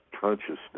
consciousness